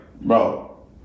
Bro